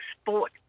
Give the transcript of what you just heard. sport